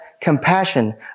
compassion